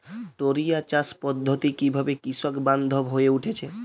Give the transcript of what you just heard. টোরিয়া চাষ পদ্ধতি কিভাবে কৃষকবান্ধব হয়ে উঠেছে?